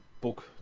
book